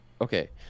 Okay